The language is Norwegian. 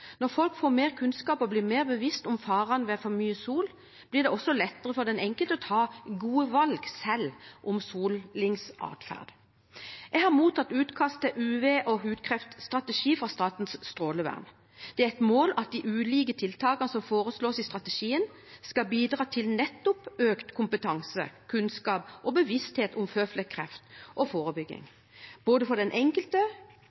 Når folk får mer kunnskap og blir seg mer bevisst farene ved for mye sol, blir det også lettere for den enkelte selv å ta gode valg om solingsadferd. Jeg har mottatt utkast til UV- og hudkreftstrategi fra Statens strålevern. Det er et mål at de ulike tiltakene som foreslås i strategien, skal bidra til nettopp økt kompetanse, kunnskap og bevissthet om føflekkreft og